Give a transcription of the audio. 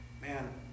Man